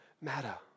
matter